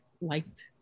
liked